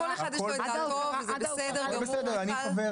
לכל אחד פה יש את דעתו וזה בסדר גמור.